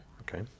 Okay